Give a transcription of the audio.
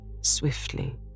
swiftly